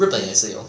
日本也是有